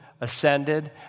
ascended